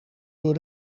door